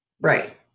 Right